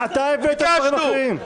אתה הבאת דברים אחרים.